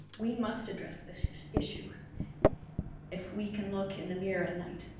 we must address this yeah issue if we can look in the mirror at night.